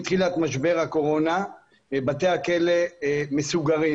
מתחילת משבר הקורונה בתי הכלא מסוגרים